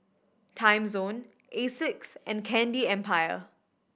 Timezone Asics and Candy Empire